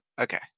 Okay